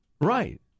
Right